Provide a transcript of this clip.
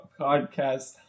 podcast